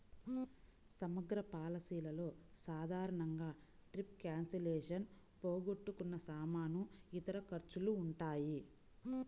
సమగ్ర పాలసీలలో సాధారణంగా ట్రిప్ క్యాన్సిలేషన్, పోగొట్టుకున్న సామాను, ఇతర ఖర్చులు ఉంటాయి